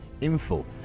info